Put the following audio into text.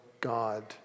God